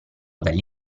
dagli